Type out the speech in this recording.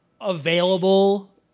available